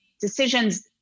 decisions